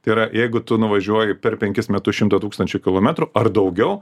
yra jeigu tu nuvažiuoji per penkis metus šimtą tūkstančių kilometrų ar daugiau